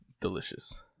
delicious